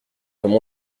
comme